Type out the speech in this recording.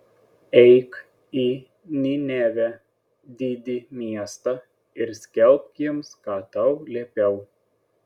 eik į ninevę didį miestą ir skelbk jiems ką tau liepiau